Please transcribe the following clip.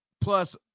plus